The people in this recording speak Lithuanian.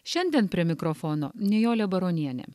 šiandien prie mikrofono nijolė baronienė